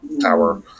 tower